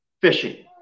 fishing